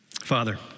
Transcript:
Father